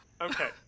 Okay